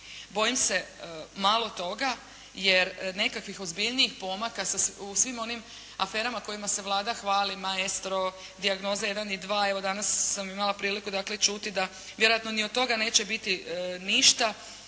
Bojim se malo toga, jer nekakvih ozbiljnijih pomaka u svim onim aferama kojima se Vlada hvali, "Maestro", dijagnoze 1 i 2. Evo danas sam imala priliku čuti da vjerojatno ni od toga neće biti ništa,